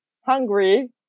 hungry